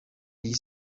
iyi